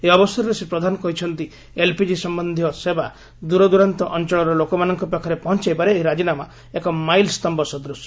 ଏହି ଅବସରରେ ଶ୍ରୀ ପ୍ରଧାନ କହିଛନ୍ତି ଏଲ୍ପିଜି ସମ୍ଭନ୍ଧୀୟ ସେବା ଦୂରଦୂରାନ୍ତ ଅଞ୍ଚଳର ଲୋକମାନଙ୍କ ପାଖରେ ପହଞ୍ଚାଇବାରେ ଏହି ରାଜିନାମା ଏକ ମାଇଲ୍ସ୍ସମ୍ଭ ସଦୂଶ